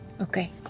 Okay